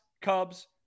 Cubs